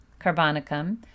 carbonicum